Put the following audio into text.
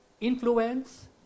influence